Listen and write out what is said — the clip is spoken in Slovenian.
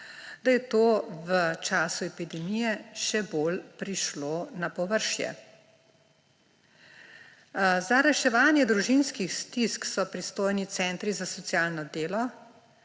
da je to v času epidemije še bolj prišlo na površje. Za reševanje družinskih stisk so pristojni centri za socialno delo,